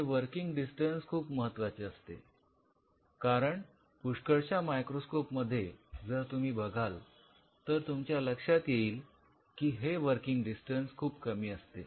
हे working distance खूप महत्त्वाचे असते कारण पुष्कळशा मायक्रोस्कोप मध्ये जर तुम्ही बघाल तर तुमच्या लक्षात येईल की हे वर्किंग डिस्टन्स खूप कमी असते